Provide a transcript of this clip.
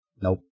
Nope